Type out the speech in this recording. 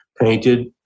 painted